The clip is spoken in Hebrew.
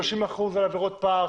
30% על עבירות פע"ר,